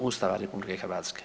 Ustava RH.